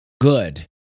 good